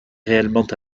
réellement